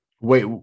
Wait